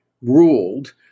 ruled